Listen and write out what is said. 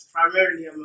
Primarily